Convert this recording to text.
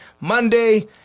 Monday